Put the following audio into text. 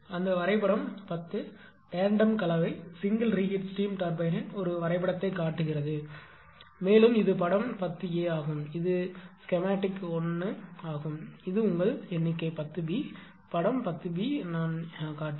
அந்த படம் 10 டேன்டெம் கலவை சிங்கிள் ரீஹீட் ஸ்டீம் டர்பைனின் ஒரு வரைபடத்தைக் காட்டுகிறது மேலும் இது படம் 10 a ஆகும் இது ஸ்கீமேடிக் 1 ஆகும் இது உங்கள் எண்ணிக்கை 10 b படம் 10 b நான் காட்டியது